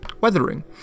weathering